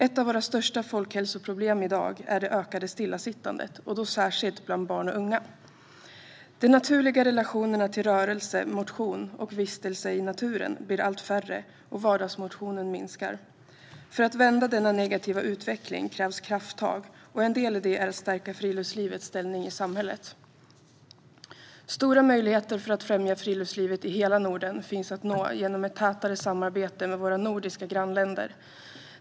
Ett av våra största folkhälsoproblem i dag är det ökade stillasittandet, särskilt bland barn och unga. De naturliga relationerna till rörelse, motion och vistelse i naturen blir allt färre, och vardagsmotionen minskar. För att vända denna negativa utveckling krävs krafttag, och en del i det är att stärka friluftslivets ställning i samhället. Stora möjligheter för att främja friluftslivet i hela Norden finns att nå genom ett tätare samarbete med våra nordiska grannländer.